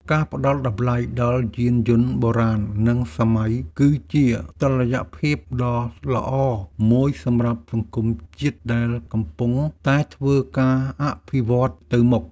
ការផ្ដល់តម្លៃដល់យានយន្តបុរាណនិងសម័យគឺជាតុល្យភាពដ៏ល្អមួយសម្រាប់សង្គមជាតិដែលកំពុងតែធ្វើការអភិវឌ្ឍន៍ទៅមុខ។